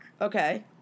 Okay